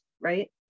right